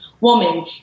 woman